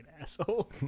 asshole